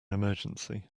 emergency